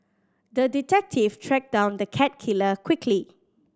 the detective tracked down the cat killer quickly